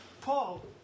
Paul